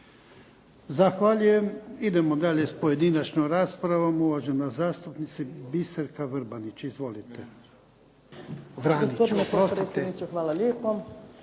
Zahvaljujem. Idemo dalje s pojedinačnom raspravom. Uvažena zastupnica Biserka Vrbanić. Izvolite. Vranić, oprostite. **Vranić,